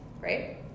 right